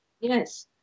Yes